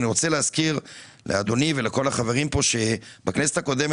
אני רוצה להזכיר לאדוני ולכל החברים כאן שבכנסת הקודמת